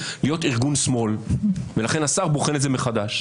להיות ארגון שמאל ולכן השר בוחן את זה מחדש.